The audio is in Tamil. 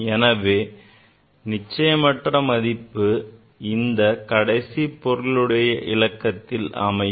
எனவே நிச்சயமற்ற மதிப்பு இந்த கடைசி பொருளுடைய இலக்கத்தில் அமையும்